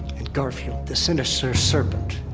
and garfield, the sinister serpent.